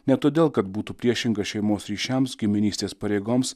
ne todėl kad būtų priešinga šeimos ryšiams giminystės pareigoms